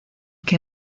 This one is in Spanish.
que